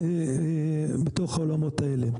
בתוך העולמות האלה.